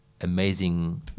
amazing